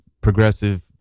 progressive